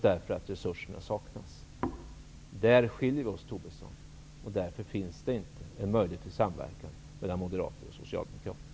Där skiljer vi oss åt, Tobisson. Därför finns det inte någon möjlighet till samverkan mellan moderater och socialdemokrater.